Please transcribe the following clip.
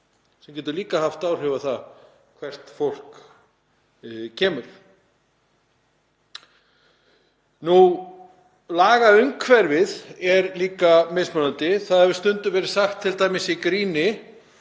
sem getur líka haft áhrif á það hvert fólk kemur. Lagaumhverfið er líka mismunandi. Það hefur stundum verið sagt í gríni